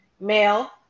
male